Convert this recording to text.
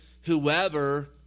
whoever